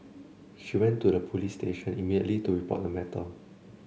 she went to a police station immediately to report the matter